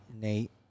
nate